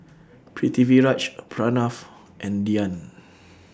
Pritiviraj Pranav and Dhyan